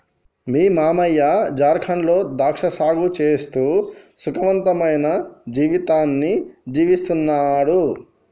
మీ మావయ్య జార్ఖండ్ లో ద్రాక్ష సాగు చేస్తూ సుఖవంతమైన జీవితాన్ని జీవిస్తున్నాడు